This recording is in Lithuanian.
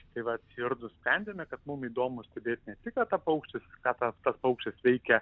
štai vat ir nusprendėme kad mum įdomu stebėti ne tik apie paukščius ką tas paukštis veikia